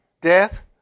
death